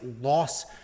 loss